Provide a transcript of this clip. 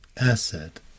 asset